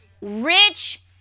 rich